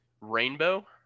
Rainbow